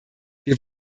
wir